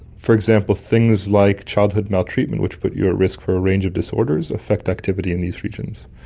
for example, things like childhood maltreatment which put you at risk for a range of disorders, affect activity in these regions.